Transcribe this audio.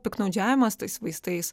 piktnaudžiavimas tais vaistais